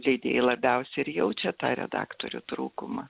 leidėjai labiausiai ir jaučia tą redaktorių trūkumą